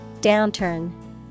Downturn